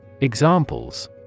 Examples